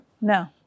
No